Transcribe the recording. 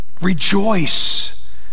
rejoice